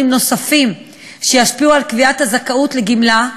נוספים שישפיעו על קביעת הזכאות לגמלה,